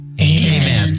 Amen